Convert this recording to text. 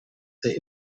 the